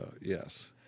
yes